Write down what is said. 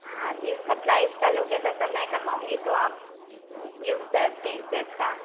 हाँ जी उसका प्राइज़ क्या लोगे तो आफ मैं करवाऊँगी तो आप यू सेप बी सेप का